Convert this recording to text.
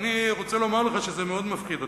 ואני רוצה לומר לך שזה מאוד מפחיד אותי,